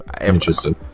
Interesting